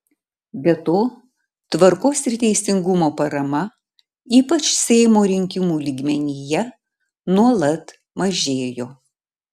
be to tvarkos ir teisingumo parama ypač seimo rinkimų lygmenyje nuolat mažėjo